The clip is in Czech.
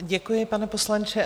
Děkuji, pane poslanče.